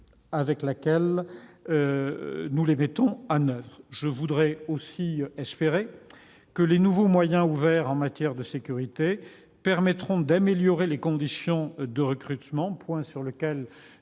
avec laquelle il les met en oeuvre ... J'espère que les nouveaux moyens ouverts en matière de sécurité permettront d'améliorer les conditions de recrutement, sujet sur lequel